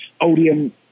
Odium